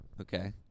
Okay